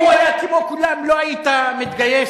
אם הוא היה כמו כולם לא היית מתגייס